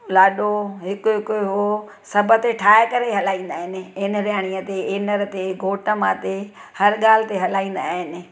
लाॾो हिकु हिकु उहो सभु ते ठाहे करे हलाईंदा आहिनि एनराणि ते एनर ते घोट माउ ते हर ॻाल्हि ते हलाईंदा आहिनि